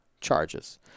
charges